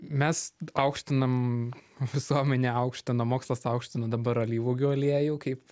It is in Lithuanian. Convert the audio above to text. mes aukštinam visuomenė aukština mokslas aukština dabar alyvuogių aliejų kaip